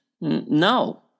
No